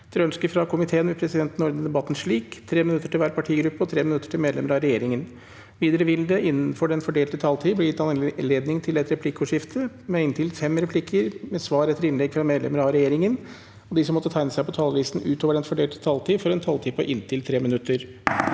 ønske fra justiskomi- teen vil presidenten ordne debatten slik: 3 minutter til hver partigruppe og 3 minutter til medlemmer av regjeringen. Videre vil det – innenfor den fordelte taletid – bli gitt anledning til inntil fem replikker med svar etter innlegg fra medlemmer av regjeringen, og de som måtte tegne seg på talerlisten utover den fordelte taletid, får også en taletid på inntil 3 minutter.